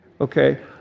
Okay